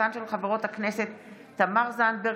הצעתן של חברות הכנסת תמר זנדברג,